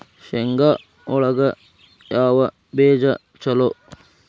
ಶೇಂಗಾ ಒಳಗ ಯಾವ ಬೇಜ ಛಲೋ?